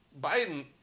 Biden